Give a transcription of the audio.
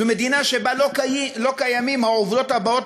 זו מדינה שבה לא קיימות העובדות הבאות,